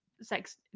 sex